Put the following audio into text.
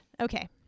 Okay